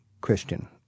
Christian